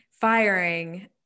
firing